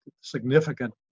Significant